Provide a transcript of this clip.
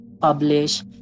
publish